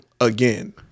again